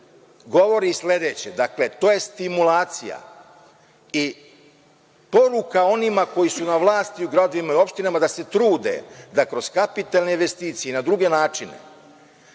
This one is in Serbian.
govori i sledeće. To je stimulacija. Poruka onima koji su na vlasti u gradovima i opštinama da se trude da kroz kapitalne investicije i na druge načine